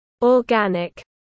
Organic